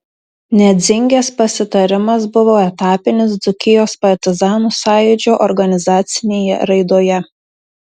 nedzingės pasitarimas buvo etapinis dzūkijos partizanų sąjūdžio organizacinėje raidoje